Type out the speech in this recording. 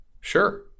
Sure